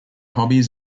hobbies